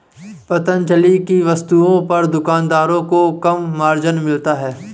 पतंजलि की वस्तुओं पर दुकानदारों को कम मार्जिन मिलता है